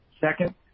Second